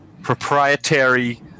proprietary